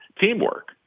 Teamwork